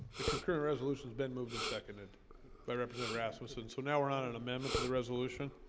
the concurrent resolutions been moved and seconded by represent rasmussen, so now we're on an amendment to the resolution